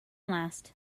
last